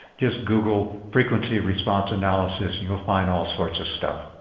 just google frequency response analysis and you'll find all sorts of stuff.